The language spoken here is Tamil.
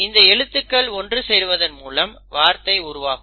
இந்த எழுத்துக்கள் ஒன்றுசேர்வதன் மூலம் வார்த்தை உருவாகும்